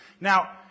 now